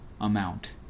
amount